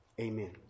Amen